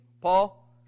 Paul